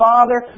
Father